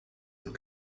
und